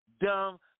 dumb